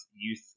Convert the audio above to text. youth